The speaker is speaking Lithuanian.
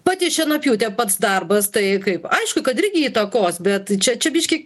pati šienapjūtė pats darbas tai kaip aišku kad irgi įtakos bet čia čia biškį